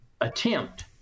attempt